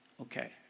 okay